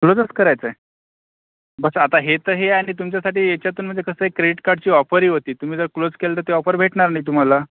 क्लोजच करायचं आहे बसा आता हे तर हे आणि तुमच्यासाठी याच्यातून म्हणजे कसं आहे क्रेडिट कार्डची ऑफरही होती तुम्ही जर क्लोज केलं तर ती ऑफर भेटणार नाही तुम्हाला